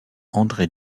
andré